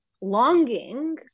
longing